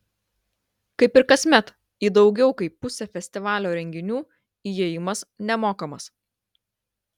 kaip ir kasmet į daugiau kaip pusę festivalio renginių įėjimas nemokamas